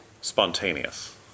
spontaneous